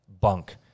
bunk